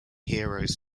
heroes